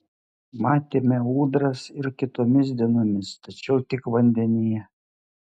matėme ūdras ir kitomis dienomis tačiau tik vandenyje